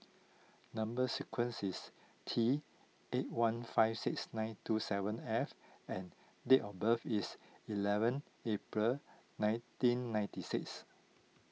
Number Sequence is T eight one five six nine two seven F and date of birth is eleven April nineteen ninety six